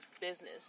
business